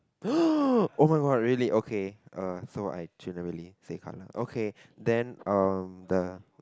oh my god really okay uh so I generally say colour okay then um the